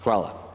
Hvala.